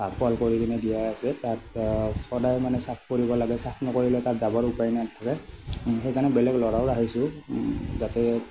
half wall কৰি কিনে দিয়া আছে তাত সদায় মানে চাফ কৰিব লাগে চাফ নকৰিলে তাত যাবৰ উপায় নাথাকে সেইকাৰণে বেলেগ ল'ৰাও ৰাখিছোঁ যাতে